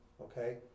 okay